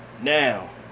Now